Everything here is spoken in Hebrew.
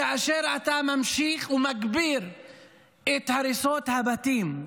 כאשר אתה ממשיך ומגביר את הריסות הבתים,